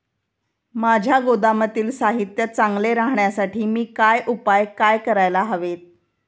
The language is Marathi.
माझ्या गोदामातील साहित्य चांगले राहण्यासाठी मी काय उपाय काय करायला हवेत?